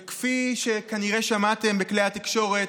וכפי שכנראה שמעתם בכלי התקשורת,